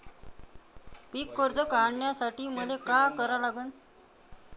पिक कर्ज काढासाठी मले का करा लागन?